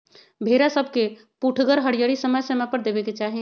भेड़ा सभके पुठगर हरियरी समय समय पर देबेके चाहि